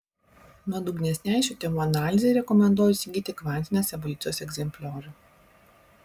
nuodugnesnei šių temų analizei rekomenduoju įsigyti kvantinės evoliucijos egzempliorių